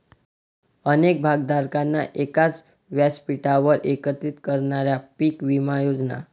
अनेक भागधारकांना एकाच व्यासपीठावर एकत्रित करणाऱ्या पीक विमा योजना